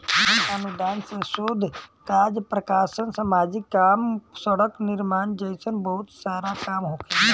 अनुदान से शोध काज प्रकाशन सामाजिक काम सड़क निर्माण जइसन बहुत सारा काम होखेला